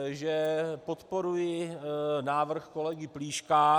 Že podporuji návrh kolegy Plíška.